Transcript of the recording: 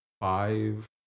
five